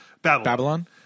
Babylon